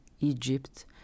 Egypt